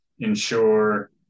ensure